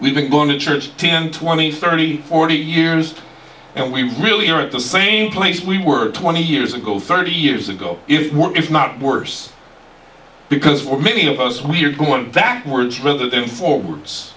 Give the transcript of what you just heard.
we've been going to church ten twenty thirty forty years and we really are at the same place we were twenty years ago thirty years ago if not worse because for many of us we're going backwards rather than forwards